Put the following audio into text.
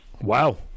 Wow